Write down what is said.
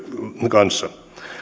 kanssa